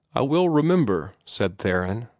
i will remember, said theron.